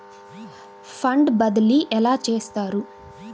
Fund బదిలీ ఎలా చేస్తారు?